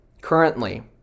Currently